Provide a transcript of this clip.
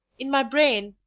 in my brain,